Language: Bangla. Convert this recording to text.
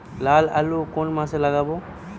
লাল আলু কোন মাসে লাগাব?